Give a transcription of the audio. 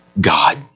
God